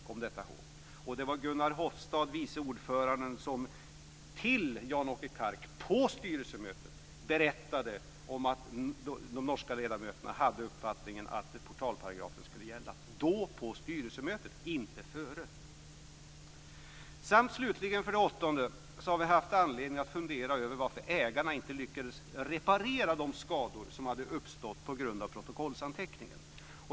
Kom detta ihåg! Det var Gunnar Hoffstad, vice ordföranden, som för Jan-Åke Kark på styrelsemötet berättade att de norska ledamöterna hade uppfattningen att portalparagrafen skulle gälla - då, på styrelsemötet, inte före. För det åttonde, slutligen, har vi haft anledning att fundera över varför ägarna inte lyckades reparera de skador som hade uppstått på grund av protokollsanteckningen.